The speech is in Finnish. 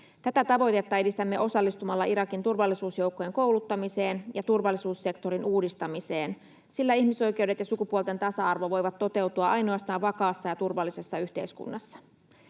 Tätä tavoitetta edistämme osallistumalla Irakin turvallisuusjoukkojen kouluttamiseen ja turvallisuussektorin uudistamiseen, sillä ihmisoikeudet ja sukupuolten tasa-arvo voivat toteutua ainoastaan vakaassa ja turvallisessa yhteiskunnassa.